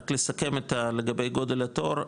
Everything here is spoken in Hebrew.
רק לסכם לגבי גודל התור,